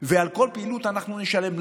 ועל כל פעילות אנחנו נשלם.